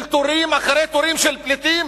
של טורים אחרי טורים של פליטים,